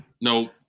No